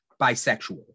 bisexual